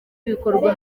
bikorwa